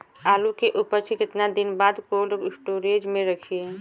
आलू के उपज के कितना दिन बाद कोल्ड स्टोरेज मे रखी?